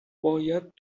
باید